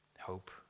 hope